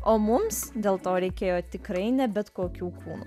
o mums dėl to reikėjo tikrai ne bet kokių